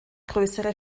größere